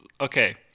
okay